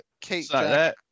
Kate